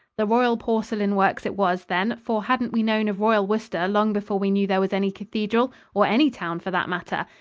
the royal porcelain works it was, then, for hadn't we known of royal worcester long before we knew there was any cathedral or any town, for that matter?